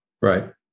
Right